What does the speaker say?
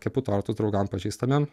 kepu tortų draugam pažįstamiem